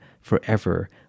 forever